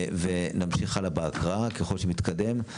נמשיך הלאה בהקראה ככל שנתקדם.